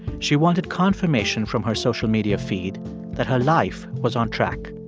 she wanted confirmation from her social media feed that her life was on track.